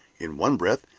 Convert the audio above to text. in one breath,